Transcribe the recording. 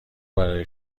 برای